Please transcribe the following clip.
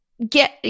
Get